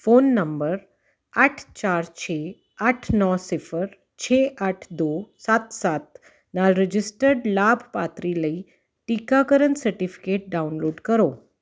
phone number ਅੱਠ ਚਾਰ ਛੇ ਅੱਠ ਨੌਂ ਸਿਫਰ ਛੇ ਅੱਠ ਦੋ ਸੱਤ ਸੱਤ ਨਾਲ ਰਜਿਸਟਰਡ ਲਾਭਪਾਤਰੀ ਲਈ ਟੀਕਾਕਰਨ ਸਰਟੀਫਿਕੇਟ ਡਾਊਨਲੋਡ ਕਰੋ